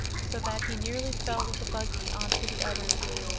so that he nearly fell with the buggy onto the others.